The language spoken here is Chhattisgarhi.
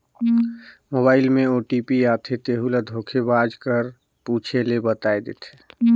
मोबाइल में ओ.टी.पी आथे तेहू ल धोखेबाज कर पूछे ले बताए देथे